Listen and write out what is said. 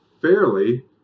fairly